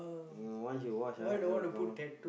once you wash ah it will come off